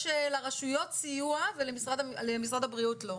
יש לרשויות סיוע ולמשרד הבריאות לא?